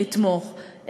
לתמוך.